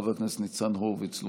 חבר הכנסת ניצן הורוביץ,